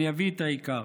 אני אביא את העיקר: